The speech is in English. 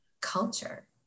culture